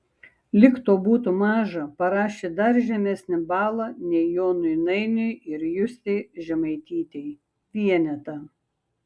lyg to būtų maža parašė dar žemesnį balą nei jonui nainiui ir justei žemaitytei vienetą